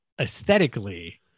aesthetically